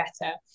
better